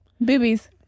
boobies